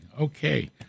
Okay